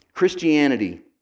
Christianity